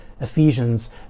Ephesians